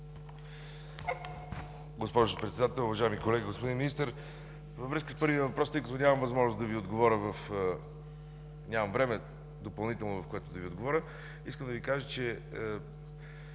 Госпожо Председател, уважаеми колеги, господин Министър! Във връзка с първия въпрос, тъй като нямам възможност да Ви отговоря, нямам допълнително време, в което да Ви отговоря, искам да Ви кажа, че